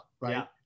right